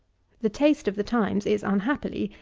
the taste of the times is, unhappily,